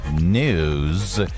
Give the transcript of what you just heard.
news